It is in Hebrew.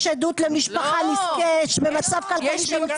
יש עדות למשפחה במצב כלכלי קשה?